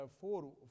four